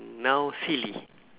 now silly